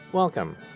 Welcome